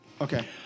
Okay